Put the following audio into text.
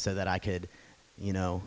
so that i could you know